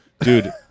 Dude